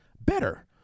better